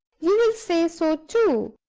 you will say so, too,